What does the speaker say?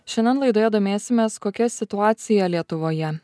šiandien laidoje domėsimės kokia situacija lietuvoje